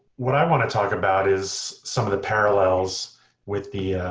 what i want to talk about is some of the parallels with the